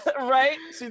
right